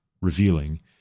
revealing